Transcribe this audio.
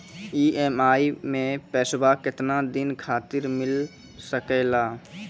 EMI मैं पैसवा केतना दिन खातिर मिल सके ला?